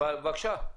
בבקשה.